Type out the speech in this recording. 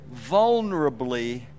vulnerably